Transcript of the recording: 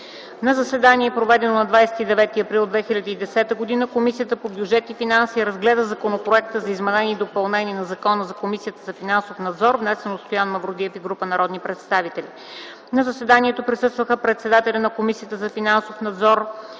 На заседание, проведено на 29 април 2010 г., Комисията по бюджет и финанси разгледа Законопроекта за изменение и допълнение на Закона за Комисията за финансов надзор, внесен от Стоян Мавродиев и група народни представители. На заседанието присъстваха председателят на Комисията за финансов надзор